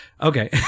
Okay